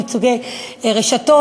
נציגי רשתות,